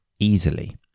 Easily